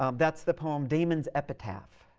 um that's the poem damon's epitaph,